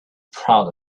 proud